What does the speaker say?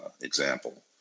example